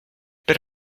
per